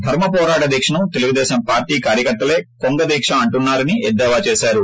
ధర్మపోరాట దీక్షను తెలుగుదేశం పార్టీ కార్యకర్తలే కొంగ దీక్ష అంటున్నా రని ఎద్దేవా చేసారు